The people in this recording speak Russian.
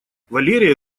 валерия